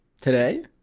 Today